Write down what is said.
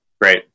great